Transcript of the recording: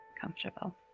comfortable